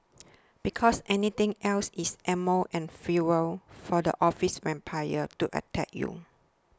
because anything else is ammo and fuel for the office vampires to attack you